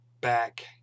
back